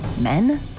men